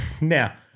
Now